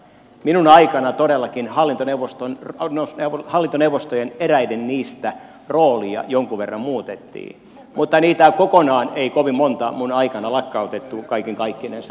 minun aikanani todellakin hallintoneuvostojen eräiden niistä roolia jonkun verran muutettiin mutta niitä kokonaan ei kovin monta minun aikanani lakkautettu kaiken kaikkinensa